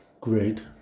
great